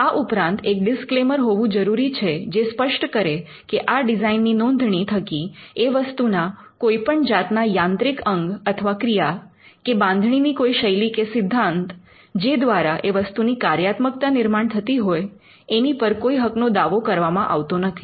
આ ઉપરાંત એક ડીસ્ક્લેમર હોવું જરૂરી છે જે સ્પષ્ટ કરે કે આ ડિઝાઇનની નોંધણી થકી એ વસ્તુ ના કોઈપણ જાતના યાંત્રિક અંગ અથવા ક્રિયા કે બાંધણીની કોઈ શૈલી કે સિદ્ધાંત જે દ્વારા એ વસ્તુની કાર્યાત્મકતા નિર્માણ થતી હોય એની પર કોઈ હકનો દાવો કરવામાં આવતો નથી